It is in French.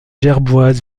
gerboise